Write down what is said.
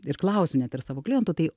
ir klausiu net ir savo klientų tai